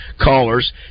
callers